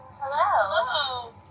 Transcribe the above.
Hello